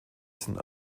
sind